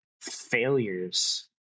failures